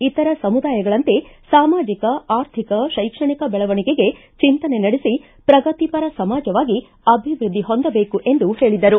ಇತರ ಸಮುದಾಯಗಳಂತೆ ಸಾಮಾಜಿಕ ಆರ್ಥಿಕ ಶೈಕ್ಷಣಿಕ ಬೆಳವಣಿಗೆಗೆ ಚಿಂತನೆ ನಡೆಸಿ ಪ್ರಗತಿಪರ ಸಮಾಜವಾಗಿ ಅಭಿವೃದ್ದಿ ಹೊಂದಬೇಕು ಎಂದು ಹೇಳಿದರು